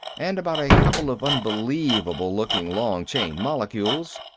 and about a couple of unbelievable-looking long-chain molecules.